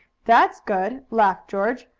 that's good! laughed george.